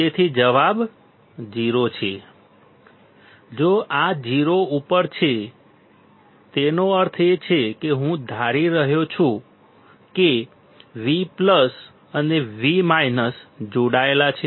તેથી જવાબ 0 છે જો આ 0 ઉપર છે તેનો અર્થ એ કે હું ધારી રહ્યો છું કે V અને V જોડાયેલા છે